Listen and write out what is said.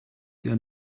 ihren